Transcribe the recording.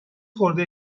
خورده